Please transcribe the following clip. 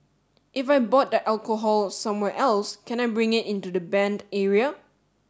if I bought the alcohol somewhere else can I bring it into the banned area